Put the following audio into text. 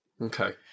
Okay